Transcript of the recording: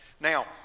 Now